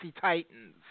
Titans